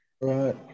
Right